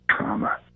trauma